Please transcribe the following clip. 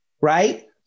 right